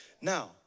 Now